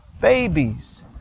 babies